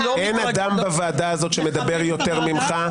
אין אדם בוועדה הזאת שמדבר יותר ממך.